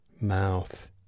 mouth